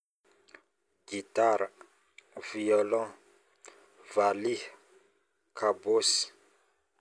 gitara, violon, valiha, kabosy,